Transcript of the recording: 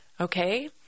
okay